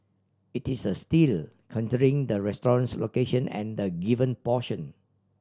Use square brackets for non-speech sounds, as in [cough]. it is a steal [unintelligible] the restaurant's location and the given portion